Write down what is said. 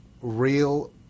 real